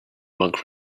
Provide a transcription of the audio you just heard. monk